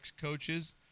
coaches